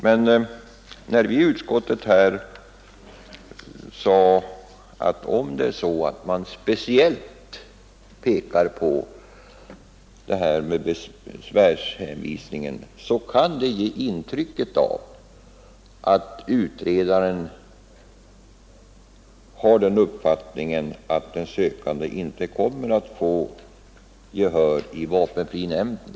Men vi i utskottet sade oss, att om det är så att man speciellt pekar på besvärshänvisningen, så kan det ge intrycket att utredaren har den uppfattningen, att den sökande inte kommer att få gehör i vapenfrinämnden.